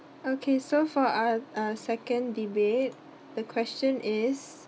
okay so for our uh second debate the question is